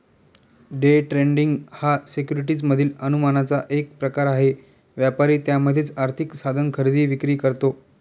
day trading हा securities मधील अनुमानाचा एक प्रकार आहे, व्यापारी त्यामध्येच आर्थिक साधन खरेदी विक्री करतो